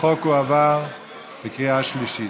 החוק עבר בקריאה שלישית.